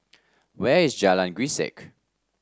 where is Jalan Grisek